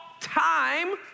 time